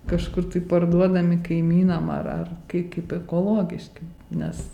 kažkur tai parduodami kaimynam ar ar kaip ip ekologiški nes